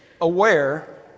aware